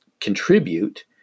contribute